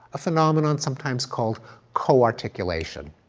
a phenomenon sometimes called co-articulation.